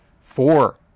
four